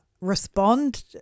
respond